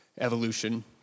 evolution